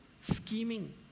scheming